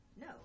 No